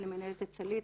אני מנהלת את סלעית,